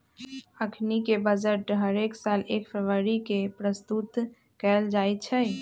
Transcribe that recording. अखनीके बजट हरेक साल एक फरवरी के प्रस्तुत कएल जाइ छइ